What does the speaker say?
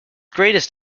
greatest